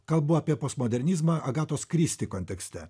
kalbu apie postmodernizmą agatos kristi kontekste